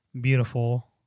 beautiful